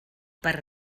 per